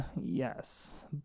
Yes